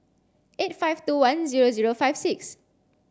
eight five two one zero zero five six